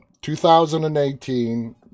2018